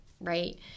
Right